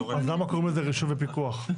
אז למה קוראים לזה רישוי ופיקוח?